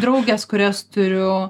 draugės kurias turiu